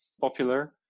popular